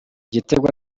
gitego